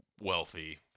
wealthy